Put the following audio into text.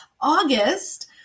August